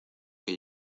que